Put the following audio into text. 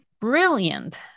brilliant